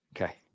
okay